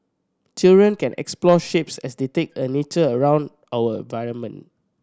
children can explore shapes as they take a nature around our environment